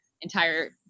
entire